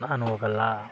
ನಾನು ಹೋಗಲ್ಲ